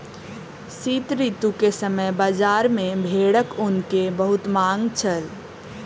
शीत ऋतू के समय बजार में भेड़क ऊन के बहुत मांग छल